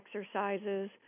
exercises